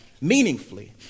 meaningfully